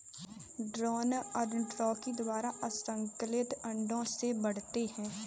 drone अर्नोटोकी द्वारा असंक्रमित अंडों से बढ़ते हैं